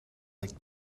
like